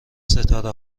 ستاره